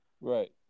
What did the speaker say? right